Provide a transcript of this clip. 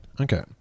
okay